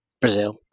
Brazil